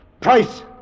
Price